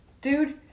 Dude